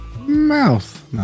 mouth